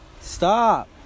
Stop